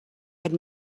had